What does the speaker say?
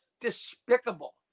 despicable